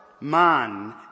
man